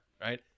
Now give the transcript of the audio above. Right